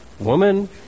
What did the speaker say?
Woman